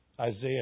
Isaiah